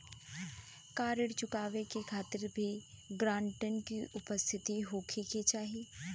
का ऋण चुकावे के खातिर भी ग्रानटर के उपस्थित होखे के चाही?